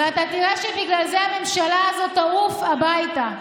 ואתה תראה שבגלל זה הממשלה הזו תעוף הביתה.